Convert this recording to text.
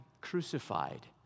crucified